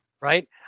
right